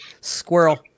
Squirrel